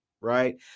right